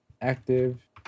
Active